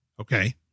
Okay